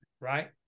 right